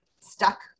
stuck